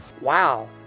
Wow